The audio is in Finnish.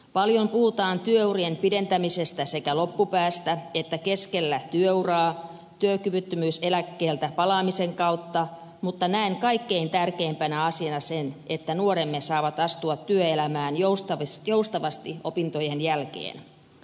paljon puhutaan työurien pidentämisestä sekä loppupäästä että keskellä työuraa työkyvyttömyyseläkkeeltä palaamisen kautta mutta näen kaikkein tärkeimpänä asiana sen että nuoremme saavat astua työelämään joustavasti opintojen jälkeen